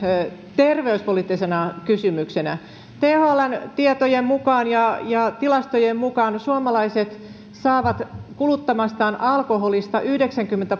terveyspoliittisena kysymyksenä thln tietojen mukaan ja ja tilastojen mukaan suomalaiset saavat kuluttamastaan alkoholista yhdeksänkymmentä